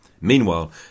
Meanwhile